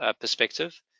perspective